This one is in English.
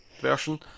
version